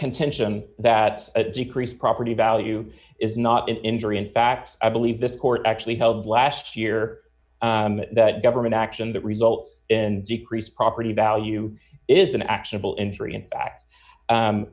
contention that a decrease property value is not an injury in fact i believe the court actually held last year that government action that result and decrease property value is an act